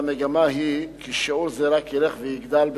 והמגמה היא ששיעור זה רק ילך ויגדל,